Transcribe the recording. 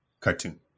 Cartoon